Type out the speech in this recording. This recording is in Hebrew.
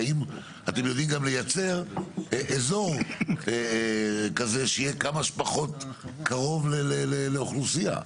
האם אתם יודעים גם לייצר אזור שיהיה כמה שפחות קרוב לאוכלוסייה?